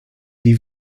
die